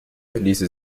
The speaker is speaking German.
ließe